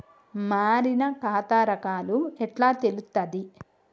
మారిన ఖాతా రకాలు ఎట్లా తెలుత్తది?